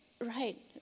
Right